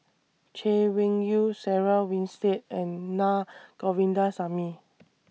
Chay Weng Yew Sarah Winstedt and Naa Govindasamy